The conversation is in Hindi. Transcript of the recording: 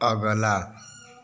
अगला